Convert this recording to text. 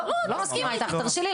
לא מסכימה איתך.